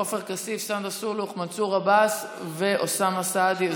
עופר כסיף, סונדוס סאלח, מנסור עבאס ואוסאמה סעדי.